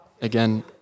again